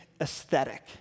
aesthetic